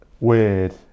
weird